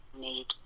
need